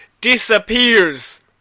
disappears